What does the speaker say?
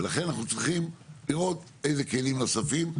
ולכן אנחנו צריכים לראות איזה כלים נוספים.